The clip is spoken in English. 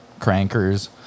Crankers